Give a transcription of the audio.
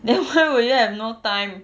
then why will you have no time